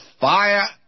fire